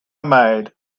maid